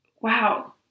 wow